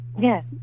Yes